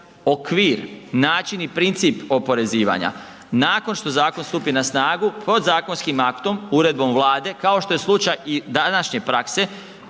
okvir, način i princip oporezivanja, nakon što zakon stupi na snagu, podzakonskim aktom, uredbom Vlade, kao što je slučaj i današnje prakse,